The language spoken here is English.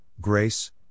grace